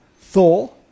Thor